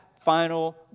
final